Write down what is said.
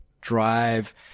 drive